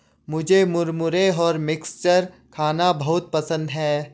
मुझे मुरमुरे और मिक्सचर खाना बहुत पसंद है